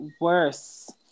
worse